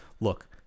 look